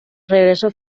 regresó